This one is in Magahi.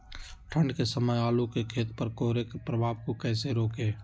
ठंढ के समय आलू के खेत पर कोहरे के प्रभाव को कैसे रोके?